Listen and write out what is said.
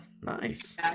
Nice